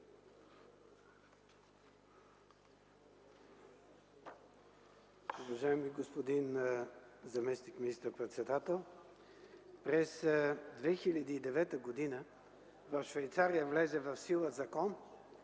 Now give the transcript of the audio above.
Уважаеми господин заместник министър-председател, през 2009 г. в Швейцария влезе в сила закон,